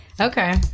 Okay